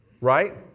Right